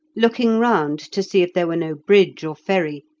looking round to see if there were no bridge or ferry,